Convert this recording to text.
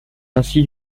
ainsi